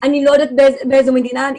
אני לא יודעת באיזו מדינה אני.